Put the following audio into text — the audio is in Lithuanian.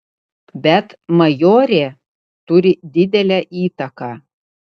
bet majorė turi didelę įtaką